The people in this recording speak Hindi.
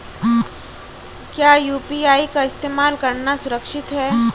क्या यू.पी.आई का इस्तेमाल करना सुरक्षित है?